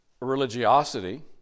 religiosity